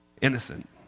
innocent